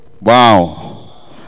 wow